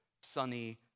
sunny